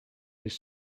his